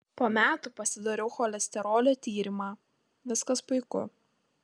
po metų pasidariau cholesterolio tyrimą viskas puiku